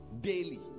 daily